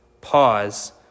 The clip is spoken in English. pause